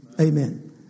Amen